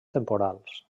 temporals